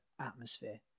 atmosphere